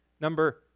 Number